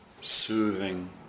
soothing